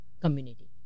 community